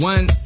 One